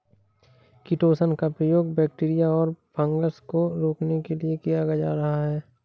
chitosan का प्रयोग bacteria और फँगस को रोकने के लिए किया जा रहा है